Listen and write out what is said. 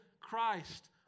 Christ